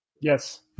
Yes